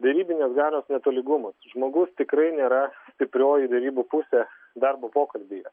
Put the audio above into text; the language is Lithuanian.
derybinės galios netolygumas žmogus tikrai nėra stiprioji derybų pusė darbo pokalbyje